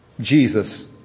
Jesus